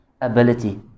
ability